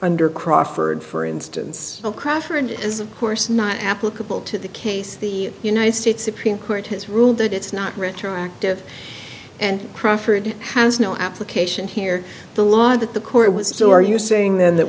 under crawford for instance crafter and it is of course not applicable to the case the united states supreme court has ruled that it's not retroactive and proffered has no application here the law that the court was so are you saying then that